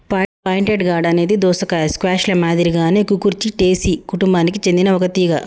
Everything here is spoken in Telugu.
పాయింటెడ్ గార్డ్ అనేది దోసకాయ, స్క్వాష్ ల మాదిరిగానే కుకుర్చిటేసి కుటుంబానికి సెందిన ఒక తీగ